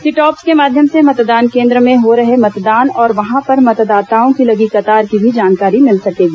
सी टॉप्स के माध्यम से मतदान केंद्र में हो रहे मतदान और वहाँ पर मतदाताओं की लगी कतार की भी जानकारी मिल सकेगी